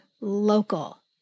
local